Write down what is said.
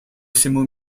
всему